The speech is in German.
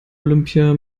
olympia